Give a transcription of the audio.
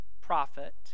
prophet